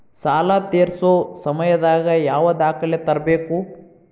ಸಾಲಾ ತೇರ್ಸೋ ಸಮಯದಾಗ ಯಾವ ದಾಖಲೆ ತರ್ಬೇಕು?